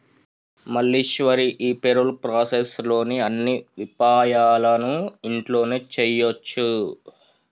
మల్లీశ్వరి ఈ payroll process లోని అన్ని విపాయాలను ఇంట్లోనే చేయొచ్చు